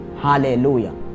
Hallelujah